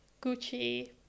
Gucci